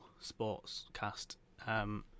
sportscast